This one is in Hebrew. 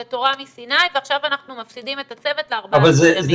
זו תורה מסיני ועכשיו אנחנו מפסידים את הצוות ל-14 ימים.